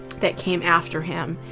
that came after him